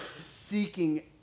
seeking